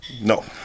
no